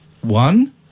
one